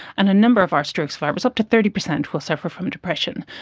and a number of our stroke survivors, up to thirty percent will suffer from depression.